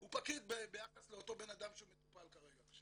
הוא פקיד ביחס לאותו אדם שמטופל כרגע,